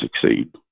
succeed